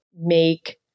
make